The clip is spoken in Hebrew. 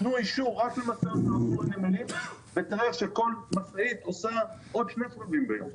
תנו אישור --- הנמלים ותראה איך כל משאית עושה עוד שני סבבים ביום,